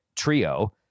Trio